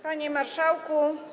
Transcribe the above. Panie Marszałku!